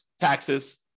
taxes